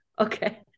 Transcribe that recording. Okay